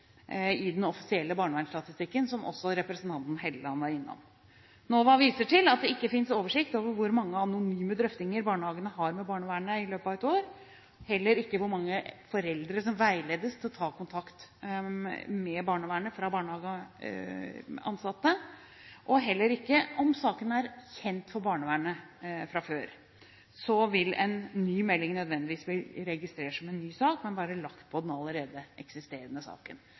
den offisielle barnevernsstatistikken, som representanten Hofstad Helleland var innom. NOVA viser til at det ikke finnes oversikt over hvor mange anonyme drøftinger barnehagene har med barnevernet i løpet av et år, heller ikke hvor mange foreldre som veiledes til å ta kontakt med barnevernet fra barnehageansatte, eller om saken er kjent for barnevernet fra før, og en ny melding vil nødvendigvis bli registrert som ny sak eller bare lagt på den allerede eksisterende saken.